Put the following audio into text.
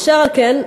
אשר על כן,